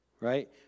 right